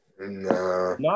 No